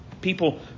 People